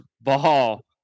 ball